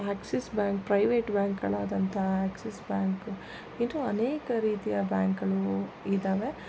Axis bank private ಬ್ಯಾಂಕ್ಗಳಾದಂತಹ Axis bank ಇನ್ನೂ ಅನೇಕ ರೀತಿಯ ಬ್ಯಾಂಕ್ಗಳು ಇದ್ದಾವೆ